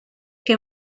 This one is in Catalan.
que